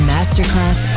Masterclass